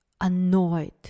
annoyed